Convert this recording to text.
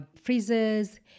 freezers